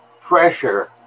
pressure